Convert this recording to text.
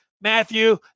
Matthew